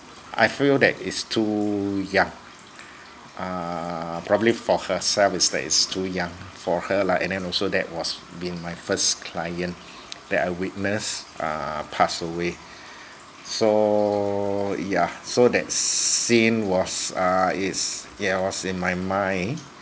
I feel that is too young uh probably for herself is that is too young for her lah and then also that was been my first client that I witnessed uh pass away so yeah so that scene was err is yeah was in my mind